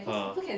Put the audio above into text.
ah